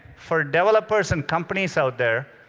for developers and companies out there,